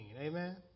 Amen